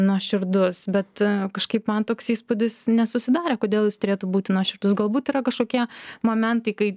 nuoširdus bet kažkaip man toks įspūdis nesusidarė kodėl jis turėtų būti nuoširdus galbūt yra kažkokie momentai kai